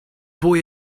boy